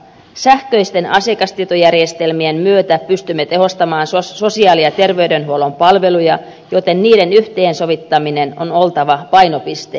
sähköisten asiakastietojärjestelmien myötä pystymme tehostamaan sosiaali ja terveydenhuollon palveluja joten niiden yhteensovittamisen on oltava painopistealueena